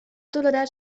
tolerar